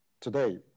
today